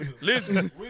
Listen